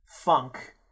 funk